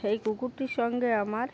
সেই কুকুরটির সঙ্গে আমার